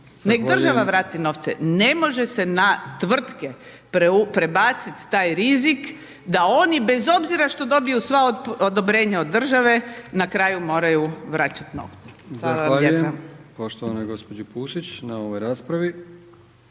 nek država vrati novce. Ne može se na tvrtke prebaciti taj rizik da oni bez obzira što dobiju sva odobrenja od države, na kraju vraćati novce. Hvala